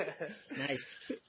Nice